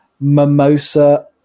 Mimosa